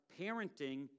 parenting